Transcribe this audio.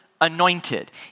anointed